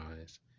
eyes